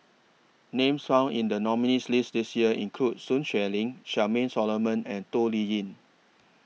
Names found in The nominees' list This Year include Sun Xueling Charmaine Solomon and Toh Liying